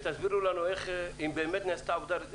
תסבירו לנו אם באמת נעשתה עבודה.